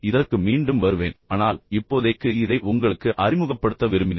இதற்கு மீண்டும் வருவேன் ஆனால் இப்போதைக்கு இதை உங்களுக்கு அறிமுகப்படுத்த விரும்பினேன்